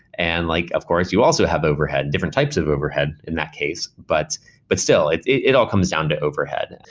and like of course, you also have overhead, different types of overhead in that case. but but still, it all comes down to overhead. and